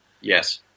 yes